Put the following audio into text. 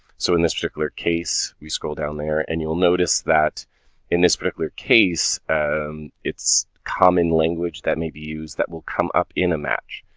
so in this particular case you scroll down there and you'll notice that in this particular case it's common language that maybe used that will come up in a match.